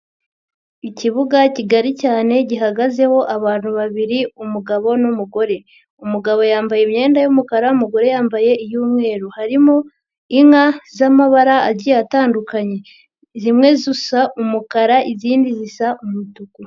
Ikibuga kigari cyane gihagazeho abantu babiri umugabo n'umugore, umugabo yambaye imyenda y'umukara, umugore yambaye iy'umweru, harimo inka z'amabara agiye atandukanye, zimwe zisa umukara, izindi zisa umutuku.